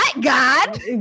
God